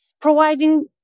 Providing